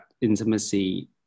intimacy